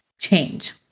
change